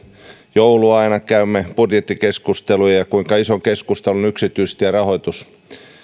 joulua käymme budjettikeskusteluja ja ja kuinka ison keskustelun yksityistierahoitus